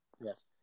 Yes